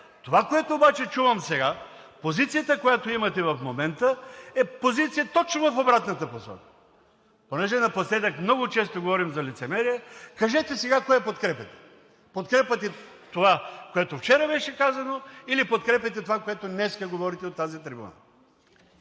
Това, което обаче чувам сега, позицията, която имате в момента, е позиция точно в обратната посока?! Понеже напоследък много често говорим за лицемерие – кажете сега: кое подкрепяте? Подкрепяте това, което вчера беше казано, или подкрепяте това, което днеска говорите от тази трибуна?